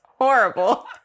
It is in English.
horrible